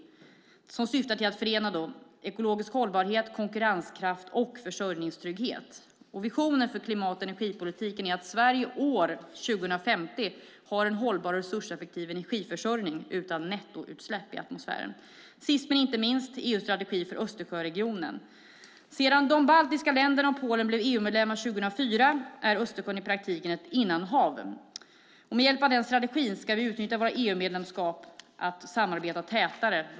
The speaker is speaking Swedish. Politiken syftar till att förena ekologisk hållbarhet, konkurrenskraft och försörjningstrygghet. Visionen för klimat och energipolitiken är att Sverige år 2050 har en hållbar och resurseffektiv energiförsörjning utan nettoutsläpp i atmosfären. Sist men inte minst handlar det om EU:s strategi för Östersjöregionen. Sedan de baltiska länderna och Polen blev EU-medlemmar 2004 är Östersjön i praktiken ett innanhav. Med hjälp av den strategi som antogs under Sveriges ordförandeskap ska vi utnyttja EU-medlemskapet för att samarbeta tätare.